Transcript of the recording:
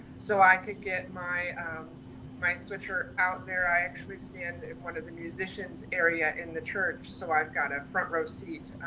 so i could get my my switcher out there. i actually stand in one of the musicians area in the church. so i've got a front row seat,